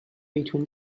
between